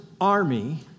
army